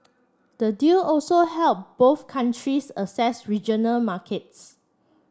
the deal also help both countries assess regional markets